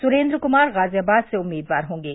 सुरेन्द्र कुमार गाजियाबाद से उम्मीदवार होंगे